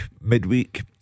midweek